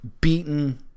beaten